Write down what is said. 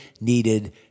needed